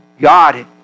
God